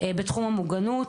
בתחום המוגנות.